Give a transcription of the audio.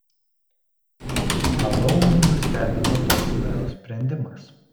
alaunį nustebino toks mero sprendimas